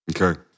Okay